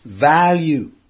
Value